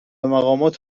مقامات